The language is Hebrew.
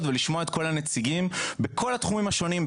ולשמוע את כל הנציגים בכל התחומים השונים,